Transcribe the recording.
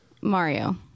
Mario